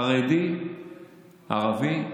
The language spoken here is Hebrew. חרדי, ערבי,